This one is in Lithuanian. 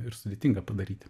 ir sudėtinga padaryti